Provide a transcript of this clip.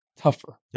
tougher